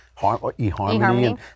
eHarmony